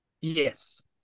Yes